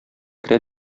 керә